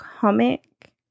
comic